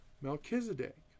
Melchizedek